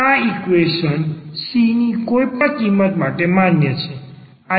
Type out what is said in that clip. આ equation c ની કોઈ પણ કિમત માટે માન્ય છે